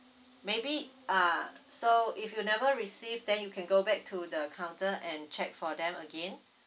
maybe ah so if you never receive then you can go back to the counter and check for them again